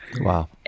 Wow